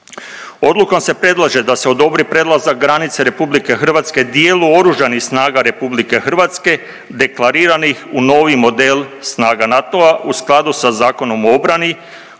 Odlukom se predlaže da se odobri prelazak granice RH dijelu oružanih snaga RH deklariranih u novi model snaga NATO-a u skladu sa zakonom o obrani